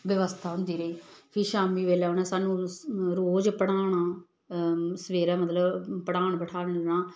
व्यवस्था होंदी रेही फ्ही शामी बेल्लै उनें सानूं रोज पढ़ाना सवेरे मतलब पढ़ान बठाह्लना